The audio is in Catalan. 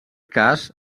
cas